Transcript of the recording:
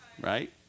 Right